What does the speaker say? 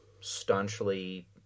staunchly